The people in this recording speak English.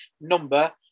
number